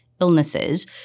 illnesses